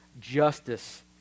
justice